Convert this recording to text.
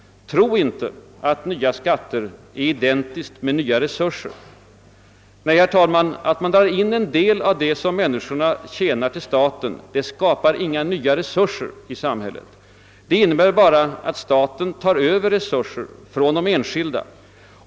Tro inte att nya skatter är identiska med nya resurser! Nej, herr talman, att man till staten drar in en del av det människorna tjänar skapar inga nya resurser i samhället. Det innebär bara att staten tar över resurser från de enskilda.